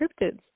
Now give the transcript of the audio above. cryptids